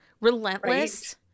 relentless